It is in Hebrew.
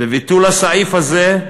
בביטול הסעיף הזה,